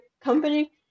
company